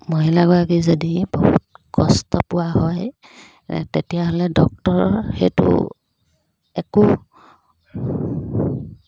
মহিলাগৰাকী যদি বহুত কষ্ট পোৱা হয় তেতিয়াহ'লে ডক্তৰ সেইটো একো